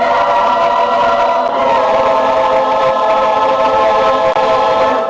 or